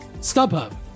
StubHub